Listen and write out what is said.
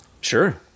Sure